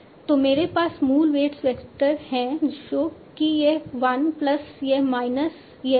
तो मेरे पास मूल वेट्स वेक्टर है जो कि यह 1 प्लस यह माइनस यह है